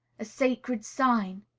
a sacred sign.